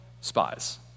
spies